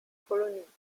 kolonie